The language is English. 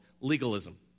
legalism